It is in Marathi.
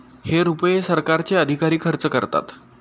हे रुपये सरकारचे अधिकारी खर्च करतात